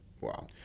Wow